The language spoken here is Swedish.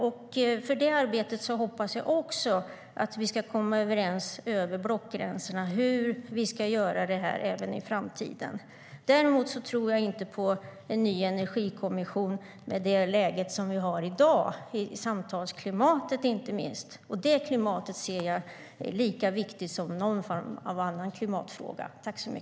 Och i det arbetet hoppas jag att vi ska komma överens över blockgränserna om hur vi ska göra det här även i framtiden. Däremot tror jag inte på en ny energikommission med tanke på det läge som vi har i dag. Det gäller inte minst samtalsklimatet. Frågan om det klimatet ser jag som lika viktig som någon annan klimatfråga.